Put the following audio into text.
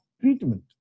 treatment